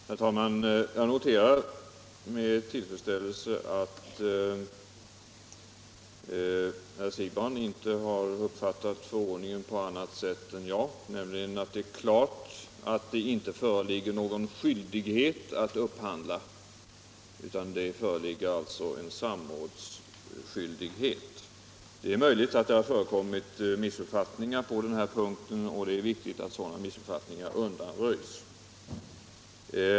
Nr 33 Herr talman! Jag noterar med tillfredsställelse att herr Siegbahn inte har uppfattat förordningen på annat sätt än jag, nämligen att det är klart att det inte föreligger någon skyldighet att upphandla, utan det föreligger I alltså en samrådsskyldighet. Det är möjligt att det har förekommit miss Om upphävande av uppfattningar på den punkten, och det är viktigt att sådana missupp = förordning om fattningar undanröjs.